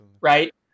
right